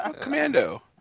Commando